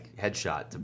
headshot